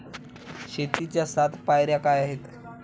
शेतीच्या सात पायऱ्या काय आहेत?